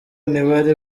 ntibari